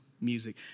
music